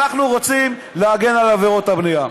אנחנו רוצים להגן על עבירות הבנייה.